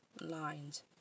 lines